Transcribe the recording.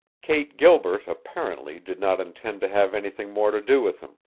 kate gilbert, apparently, did not intend to have anything more to do with him.